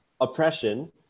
oppression